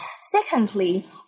secondly